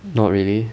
not really